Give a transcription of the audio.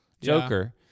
Joker